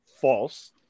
false